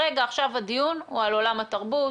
עכשיו הדיון הוא על עולם התרבות,